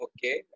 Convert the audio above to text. Okay